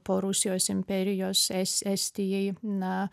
po rusijos imperijos es estijai na